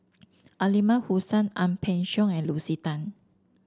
Aliman Hassan Ang Peng Siong and Lucy Tan